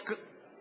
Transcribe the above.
זרוק